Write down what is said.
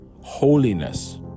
holiness